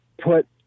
put